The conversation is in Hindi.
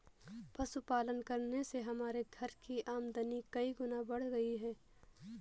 पशुपालन करने से हमारे घर की आमदनी कई गुना बढ़ गई है